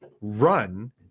run